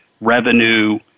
revenue